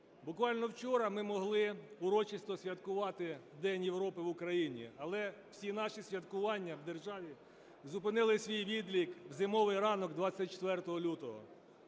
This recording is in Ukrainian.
Буквально вчора ми могли урочисто святкувати День Європи в Україні. Але всі наші святкування в державі зупинили свій відлік в зимовий ранок 24 лютого.